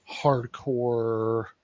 hardcore